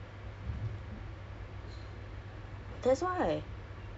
it's good workplace for you to stay if you like a bit toxic